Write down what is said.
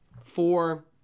four